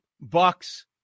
Bucks